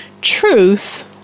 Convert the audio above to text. Truth